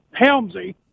Helmsy